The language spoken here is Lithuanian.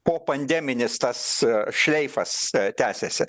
po pandeminis tas šleifas tęsiasi